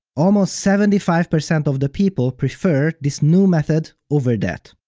almost seventy five percent of the people prefer this new method over that.